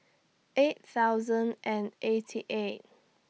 eight thousand and eighty eight